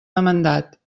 demandat